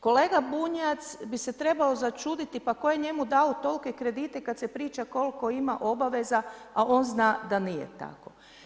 Kolega Bunjac bi se trebao začuditi pa tko je njemu dao tolike kredite kad se priča koliko ima obaveza a on zna da nije tako.